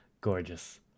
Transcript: Gorgeous